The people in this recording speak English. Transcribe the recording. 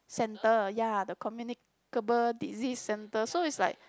centre ya the Communicable Disease Centre so it's like